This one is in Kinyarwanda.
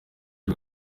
ari